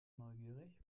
neugierig